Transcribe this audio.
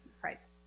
price